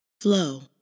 flow